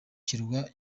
kirwa